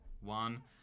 one